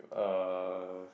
uh